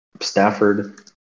Stafford